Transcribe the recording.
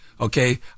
okay